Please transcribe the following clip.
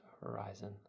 horizon